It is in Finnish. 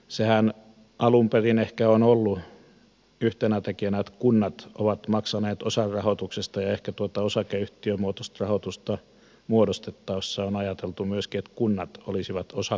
sehän alun perin on ollut yhtenä tekijänä että kunnat ovat maksaneet osan rahoituksesta ja ehkä tuota osakeyhtiömuotoista rahoitusta muodostettaessa on ajateltu myöskin että kunnat olisivat osakkaina